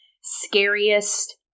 scariest